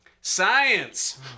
Science